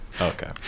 Okay